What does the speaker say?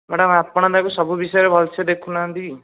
madam ଆପଣ ତାକୁ ସବୁ ବିଷୟରେ ଭଲ ସେ ଦେଖୁନାହାନ୍ତି